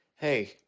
hey